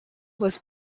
was